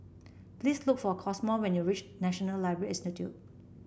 please look for Cosmo when you reach National Library Institute